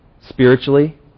spiritually